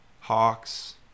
Hawks